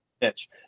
pitch